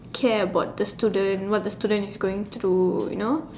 care about the student what the student going through you know